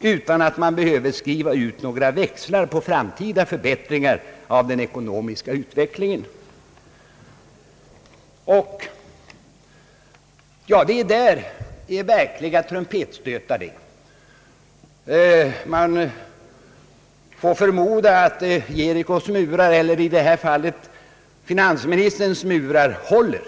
utan att man behöver skriva ut några växlar på framtida förbättringar av den ekonomiska utvecklingen.» Det där är verkliga trumpetstötar! Man får dock förmoda att Jerikos murar eller i det här fallet snarare finansdepartementets murar håller.